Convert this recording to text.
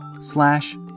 slash